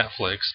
Netflix